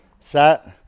Set